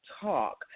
talk